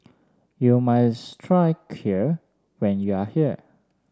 you try Kheer when you are here